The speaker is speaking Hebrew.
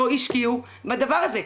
לא השקיעו בדבר הזה.